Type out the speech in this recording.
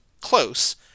close